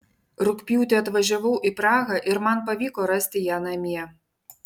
rugpjūtį atvažiavau į prahą ir man pavyko rasti ją namie